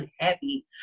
unhappy